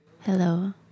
Hello